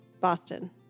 Boston